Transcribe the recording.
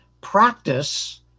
Practice